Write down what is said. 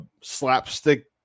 slapstick